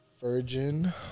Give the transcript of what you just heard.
Virgin